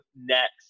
next